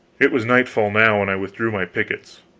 it was nightfall now, and i withdrew my pickets.